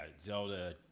Zelda